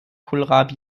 kohlrabi